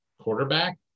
quarterback